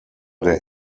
der